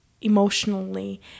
emotionally